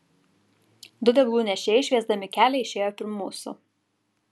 du deglų nešėjai šviesdami kelią išėjo pirm mūsų